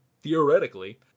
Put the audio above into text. theoretically